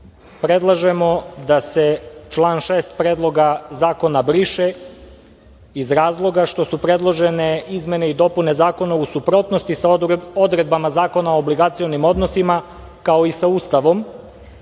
Srbije“.Predlažemo da se član 6. Predloga zakona briše iz razloga što su predložene izmene i dopune zakona u suprotnosti sa odredbama Zakona o obligacionim odnosima kao i sa Ustavom,